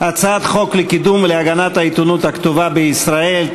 הצעת חוק לקידום ולהגנת העיתונות הכתובה בישראל,